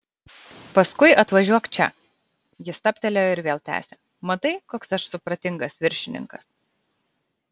paskui atvažiuok čia jis stabtelėjo ir vėl tęsė matai koks aš supratingas viršininkas